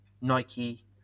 Nike